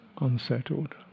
unsettled